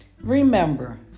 Remember